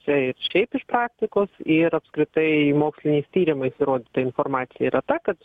tai ir šiaip iš praktikos ir apskritai moksliniais tyrimais įrodyta informacija yra ta kad